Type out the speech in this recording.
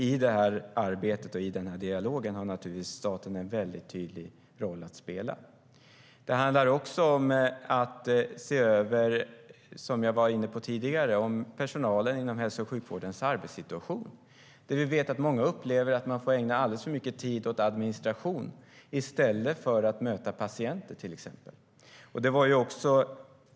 I det arbetet och i den dialogen har staten naturligtvis en mycket tydlig roll att spela. Det handlar även om att se över, vilket jag var inne på tidigare, arbetssituationen för personalen inom hälso och sjukvården. Vi vet att många upplever att de får ägna alldeles för mycket tid åt administration i stället för att möta patienter.